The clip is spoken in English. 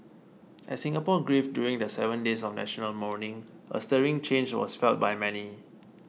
as Singapore grieved during the seven days of national mourning a stirring change was felt by many